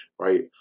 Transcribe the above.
Right